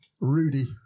Rudy